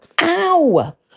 Ow